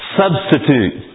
substitute